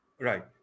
Right